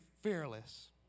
fearless